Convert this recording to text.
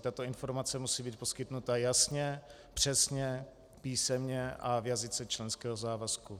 Tato informace musí být poskytnuta jasně, přesně, písemně a v jazyce členského závazku.